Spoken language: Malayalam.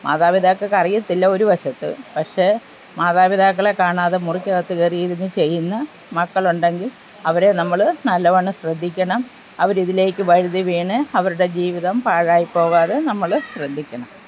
മാതാപിതാക്കൾക്ക് അറിയത്തില്ല ഒരു വശത്ത് പക്ഷേ മാതാപിതാക്കളെ കാണാതെ മുറിക്കകത്ത് കയറിയിരുന്ന് ചെയ്യുന്ന മക്കളുണ്ടെങ്കിൽ അവരെ നമ്മൾ നല്ലവണ്ണം ശ്രദ്ധിക്കണം അവരിതിലേക്ക് വഴുതി വീണ് അവരുടെ ജീവിതം പാഴായിപ്പോകാതെ നമ്മൾ ശ്രദ്ധിക്കണം